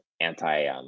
anti